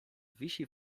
wisi